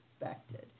expected